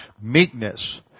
meekness